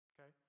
Okay